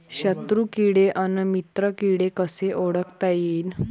शत्रु किडे अन मित्र किडे कसे ओळखता येईन?